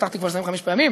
הבטחתי כבר לסיים חמש פעמים,